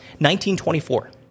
1924